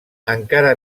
encara